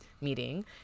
meeting